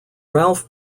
ralph